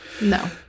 No